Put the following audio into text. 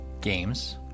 games